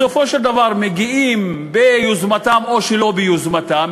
בסופו של דבר מגיעים ביוזמתם או שלא ביוזמתם,